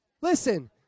Listen